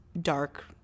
dark